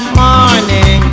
morning